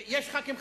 יש חברי